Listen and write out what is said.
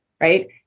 right